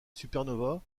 supernova